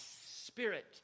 spirit